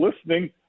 listening